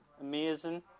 Amazing